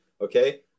okay